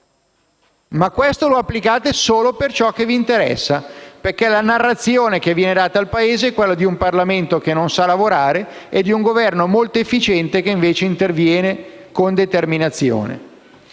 strumento lo applicate solo a ciò che vi interessa, perché la narrazione data al Paese parla di un Parlamento che non sa lavorare e di un Governo molto efficiente che interviene con determinazione.